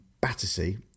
Battersea